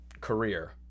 career